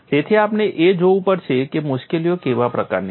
તેથી આપણે એ જોવું પડશે કે મુશ્કેલીઓ કેવા પ્રકારની છે